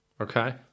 Okay